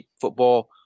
football